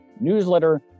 newsletter